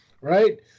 Right